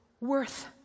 worth